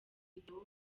video